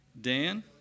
Dan